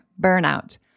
burnout